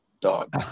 dog